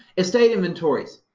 estate inventories.